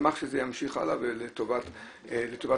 אשמח שזה ימשיך הלאה לטובת כולם.